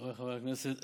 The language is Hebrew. חבריי חברי הכנסת,